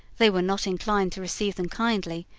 they were not inclined to receive them kindly,